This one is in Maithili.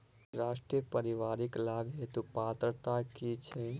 राष्ट्रीय परिवारिक लाभ हेतु पात्रता की छैक